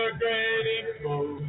grateful